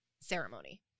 ceremony